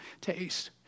taste